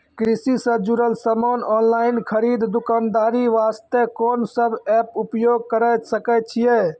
कृषि से जुड़ल समान ऑनलाइन खरीद दुकानदारी वास्ते कोंन सब एप्प उपयोग करें सकय छियै?